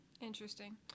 interesting